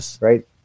right